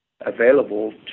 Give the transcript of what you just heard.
available